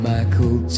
Michael